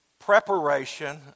preparation